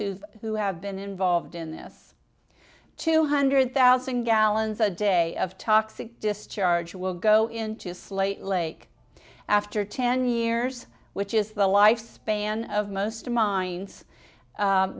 whose who have been involved in this two hundred thousand gallons a day of toxic discharge will go into flight lake after ten years which is the life span of most mines